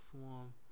form